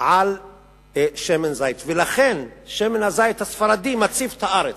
על שמן זית, ולכן שמן הזית הספרדי מציף את הארץ,